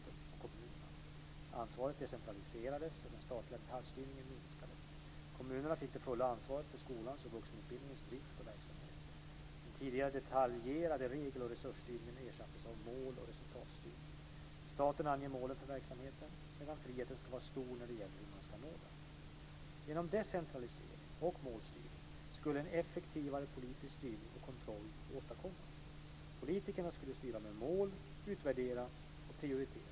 Den tidigare detaljerade regel och resursstyrningen ersattes av mål och resultatstyrning. Staten anger målen för verksamheten, medan friheten ska vara stor när det gäller hur man ska nå dem. Genom decentralisering och målstyrning skulle en effektivare politisk styrning och kontroll åstadkommas. Politikerna skulle styra med mål, utvärdera och prioritera.